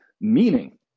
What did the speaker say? meaning